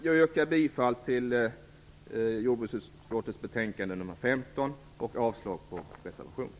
Jag yrkar bifall till hemställan i jordbruksutskottets betänkande nr 15 och avslag på reservationen.